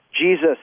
Jesus